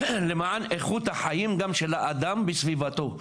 למען איכות החיים גם של האדם בסביבתו.